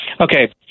okay